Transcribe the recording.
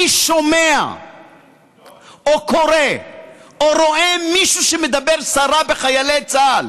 שומע או קורא או רואה מישהו שמדבר סרה בחיילי צה"ל